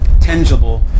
tangible